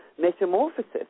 metamorphosis